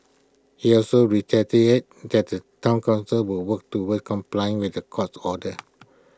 he also reiterated that the Town Council will work towards complying with the court's orders